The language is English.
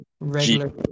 regular